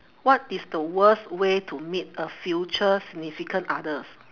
what is the worst way to meet a future significant others